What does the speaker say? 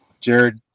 Jared